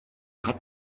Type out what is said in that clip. hat